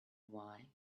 why